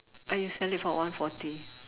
oh you sell it for all forty